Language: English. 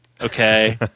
okay